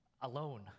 alone